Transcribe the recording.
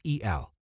el